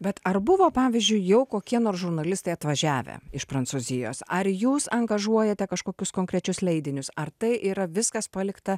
bet ar buvo pavyzdžiui jau kokie nors žurnalistai atvažiavę iš prancūzijos ar jūs angažuojate kažkokius konkrečius leidinius ar tai yra viskas palikta